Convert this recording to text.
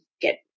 get